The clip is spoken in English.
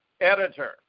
Editor